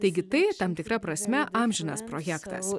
taigi tai tam tikra prasme amžinas projektas